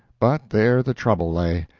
but there the trouble lay.